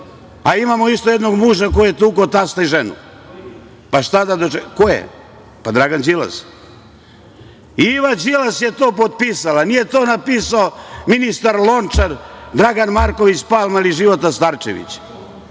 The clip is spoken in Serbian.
Imamo isto jednog muža koji je tukao tasta i ženu. Ko je? Dragan Đilas. Iva Đilas je to potpisala, nije to napisao ministar Lončar, Dragan Marković Palma ili Života Starčević,